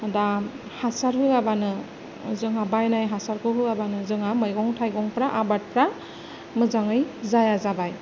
दा हासार होआबानो जोंहा बायनाय हासारखौ होआबानो जोंहा मैगं थाइगंफ्रा आबादफ्रा मोजाङै जाया जाबाय